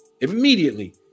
immediately